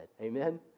Amen